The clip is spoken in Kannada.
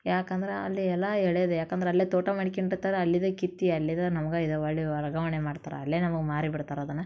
ಯಾಕಂದ್ರೆ ಅಲ್ಲಿ ಎಲ್ಲ ಎಳೆಯದೇ ಯಾಕಂದ್ರೆ ಅಲ್ಲೇ ತೋಟ ಮಡಿಕ್ಯಂಡಿರ್ತಾರೆ ಅಲ್ಲಿಯದೇ ಕಿತ್ತಿ ಅಲ್ಲಿದೇ ನಮ್ಗೆ ವರ್ಗಾವಣೆ ಮಾಡ್ತಾರ ಅಲ್ಲೇ ನಮಗೆ ಮಾರಿ ಬಿಡ್ತಾರೆ ಅದನ್ನ